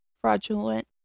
fraudulent